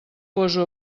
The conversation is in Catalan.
poso